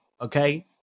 okay